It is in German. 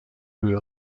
höhe